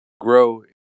grow